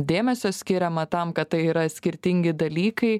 dėmesio skiriama tam kad tai yra skirtingi dalykai